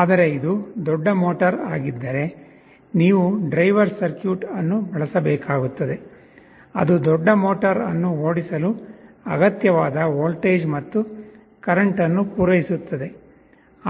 ಆದರೆ ಇದು ದೊಡ್ಡ ಮೋಟರ್ ಆಗಿದ್ದರೆ ನೀವು ಡ್ರೈವರ್ ಸರ್ಕ್ಯೂಟ್ ಅನ್ನು ಬಳಸಬೇಕಾಗುತ್ತದೆ ಅದು ದೊಡ್ಡ ಮೋಟರ್ ಅನ್ನು ಓಡಿಸಲು ಅಗತ್ಯವಾದ ವೋಲ್ಟೇಜ್ ಮತ್ತು ಕರೆಂಟ್ ಅನ್ನು ಪೂರೈಸುತ್ತದೆ